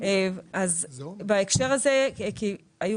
בהקשר הזה היו